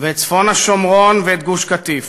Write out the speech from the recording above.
את צפון-השומרון ואת גוש-קטיף.